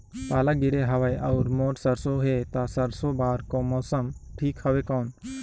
पाला गिरे हवय अउर मोर सरसो हे ता सरसो बार मौसम ठीक हवे कौन?